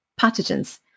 pathogens